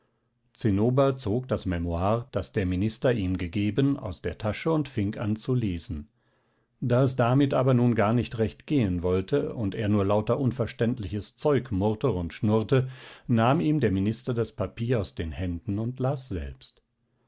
zinnober zog das memoire das ihm der minister gegeben aus der tasche und fing an zu lesen da es damit aber nun gar nicht recht gehen wollte und er nur lauter unverständliches zeug murrte und schnurrte nahm ihm der minister das papier aus den händen und las selbst